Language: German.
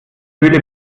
höhle